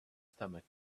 stomach